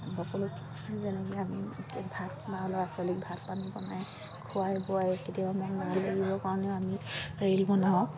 সকলো যেনেকৈ আমি ভাত বা ল'ৰা ছোৱালীক ভাত পানী বনাই খোৱাই বোৱাই কেতিয়াবা মোৰ লৰালৰিৰ কাৰণেও আমি ৰীল বনাওঁ